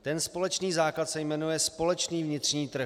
Ten společný základ se jmenuje společný vnitřní trh.